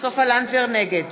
נגד